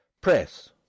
Press